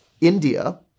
India